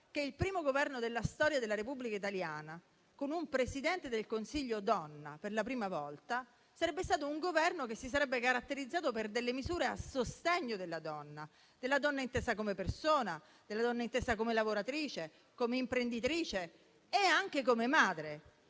che il primo Governo della storia della Repubblica italiana con un Presidente del Consiglio donna sarebbe stato un Governo che si sarebbe caratterizzato per delle misure a sostegno della donna, della donna intesa come persona, della donna intesa come lavoratrice, come imprenditrice e anche come madre.